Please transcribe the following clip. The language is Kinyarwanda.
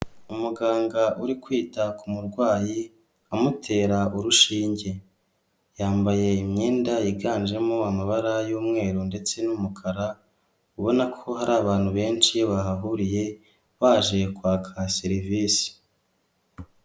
Umuganga uri kwita ku murwayi amutera urushinge, yambaye imyenda yiganjemo amabara y'umweru ndetse n'umukara, ubona ko hari abantu benshi iyo bahahuriye baje kwaka serivisi.